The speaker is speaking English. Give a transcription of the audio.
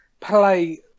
play